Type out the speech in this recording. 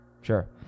Sure